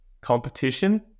competition